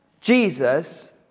Jesus